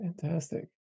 Fantastic